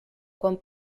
quan